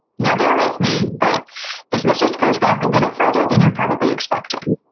now bear with me, but this message goes back a little further than you're probably expecting,